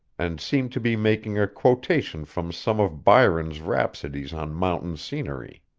and seemed to be making a quotation from some of byron's rhapsodies on mountain scenery.